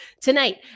tonight